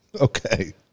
Okay